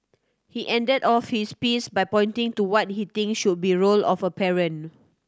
he ended off his piece by pointing to what he thinks should be role of a parent